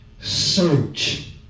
search